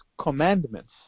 commandments